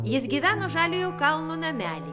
jis gyveno žaliojo kalno namely